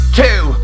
two